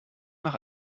nach